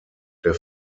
der